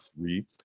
three